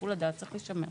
שיקול הדעת צריך להישמר.